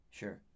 sure